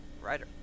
writer